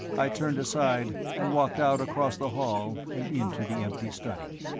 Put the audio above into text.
i turned aside, and walked out across the hall and into the empty study.